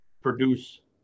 produce